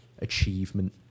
achievement